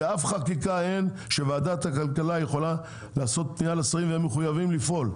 באף חקיקה אין שוועדת הכלכלה יכולה לעשות פניה לשרים והם מחויבים לפעול.